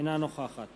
אינה נוכחת